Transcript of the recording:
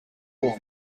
wall